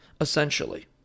essentially